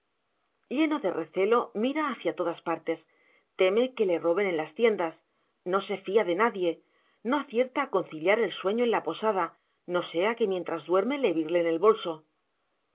lleno de recelo mira hacia todas partes teme que le roben en las tiendas no se fía de nadie no acierta a conciliar el sueño en la posada no sea que mientras duerme le birlen el bolso